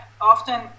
often